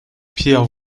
pierre